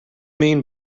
mean